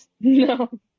no